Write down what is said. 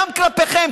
גם כלפיכם,